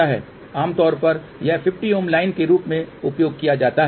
आमतौर पर यह 50Ω लाइन के रूप में उपयोग किया जाता है